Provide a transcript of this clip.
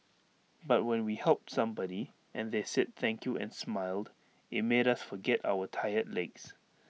but when we helped somebody and they said thank you and smiled IT made us forget our tired legs